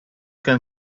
can